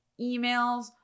emails